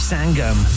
Sangam